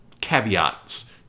caveats